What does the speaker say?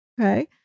okay